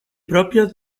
propios